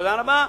תודה רבה.